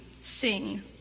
sing